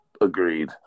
agreed